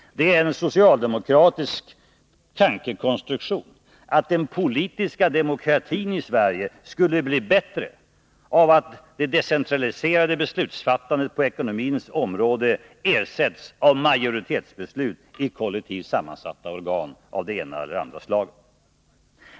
Det är en socialdemokratisk tankekonstruktion att den politiska demokratin i Sverige skulle bli bättre av att det decentraliserade beslutsfattandet på ekonomins område ersätts av majoritetsbeslut i kollektivt sammansatta organ, av det ena eller andra slaget.